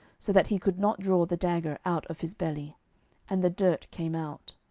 so that he could not draw the dagger out of his belly and the dirt came out.